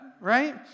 right